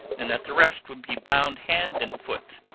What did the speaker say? and that the rest would be bound hand and foot,